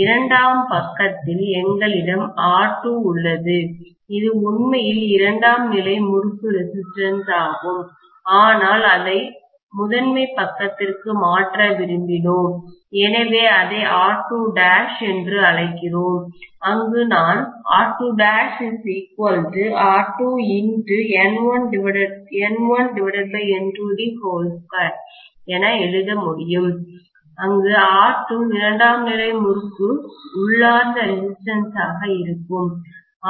இரண்டாம் பக்கத்தில் எங்களிடம் R2 உள்ளது இது உண்மையில் இரண்டாம் நிலை முறுக்கு ரெசிஸ்டன்ஸ் ஆகும் ஆனால் அதை முதன்மை பக்கத்திற்கு மாற்ற விரும்பினோம் எனவே அதை R2 என்று அழைக்கிறோம் அங்கு நான் R2' R2 N1N22 என எழுத முடியும் அங்கு R2 இரண்டாம் நிலை முறுக்கு உள்ளார்ந்த ரெசிஸ்டன்ஸ் ஆக இருக்கும்